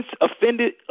offended